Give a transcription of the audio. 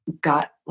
got